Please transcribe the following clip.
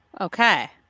Okay